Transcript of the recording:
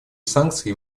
санкции